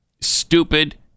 stupid